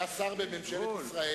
היה שר בממשלת ישראל